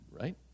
right